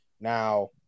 Now